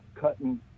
cutting